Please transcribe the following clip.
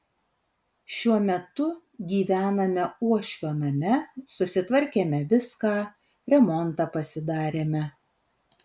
šiuo metu gyvename uošvio name susitvarkėme viską remontą pasidarėme